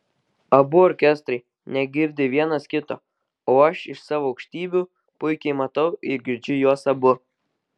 abu orkestrai negirdi vienas kito o aš iš savo aukštybių puikiai matau ir girdžiu juos abu